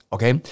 Okay